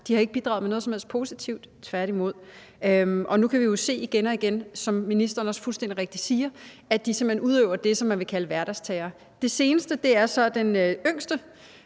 de har ikke bidraget med noget som helst positivt, tværtimod. Og nu kan vi jo se igen og igen, som ministeren også fuldstændig rigtigt siger, at de simpelt hen udøver det, som man ville kalde hverdagsterror. Det seneste er så, at den yngste